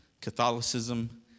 Catholicism